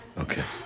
okay,